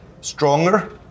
stronger